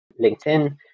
LinkedIn